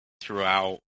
throughout